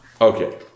Okay